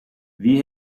wie